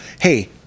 hey